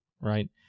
right